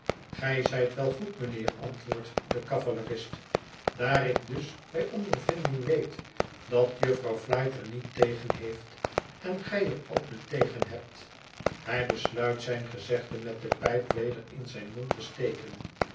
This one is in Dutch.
gij zijt wel goed mijnheer antwoordt de cavalerist daar ik dus bij ondervinding weet dat jufvrouw flite er niet tegen heeft en gij er ook niet tegen hebt hij besluit zijn gezegde met de pijp weder in zijn mond te steken